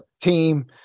team